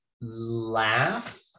Laugh